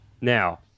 Now